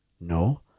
No